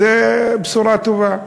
וזו בשורה טובה.